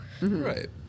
Right